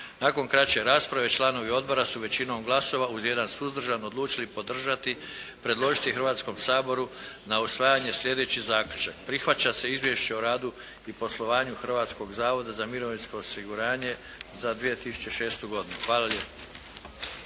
Nakon kraće rasprave članovi odbora su većinom glasova uz jedan suzdržan odlučili podržati i predložiti Hrvatskom saboru na usvajanje sljedeći zaključak: Prihvaća se Izvješće o radu i poslovanju Hrvatskog zavoda za mirovinsko osiguranje za 2006. godinu. Hvala lijepo.